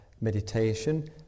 meditation